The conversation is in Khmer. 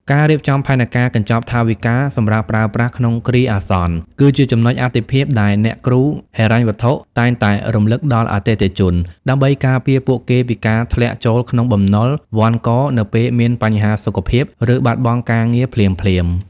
ការរៀបចំផែនការកញ្ចប់ថវិកាសម្រាប់ប្រើប្រាស់ក្នុងគ្រាអាសន្ន គឺជាចំណុចអាទិភាពដែលអ្នកគ្រូហិរញ្ញវត្ថុតែងតែរំលឹកដល់អតិថិជន ដើម្បីការពារពួកគេពីការធ្លាក់ចូលក្នុងបំណុលវណ្ឌកនៅពេលមានបញ្ហាសុខភាព ឬបាត់បង់ការងារភ្លាមៗ។